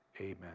Amen